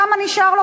כמה נשאר לו?